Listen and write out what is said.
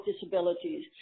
disabilities